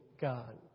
God